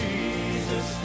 Jesus